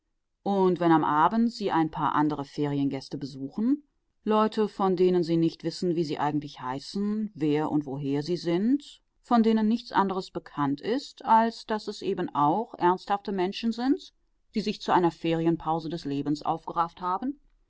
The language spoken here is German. und wenn am abend sie ein paar andere feriengäste besuchen leute von denen sie nicht wissen wie sie eigentlich heißen wer und woher sie sind von denen nichts anderes bekannt ist als daß es eben auch ernsthafte menschen sind die sich zu einer ferienpause des lebens aufgerafft haben